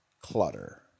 clutter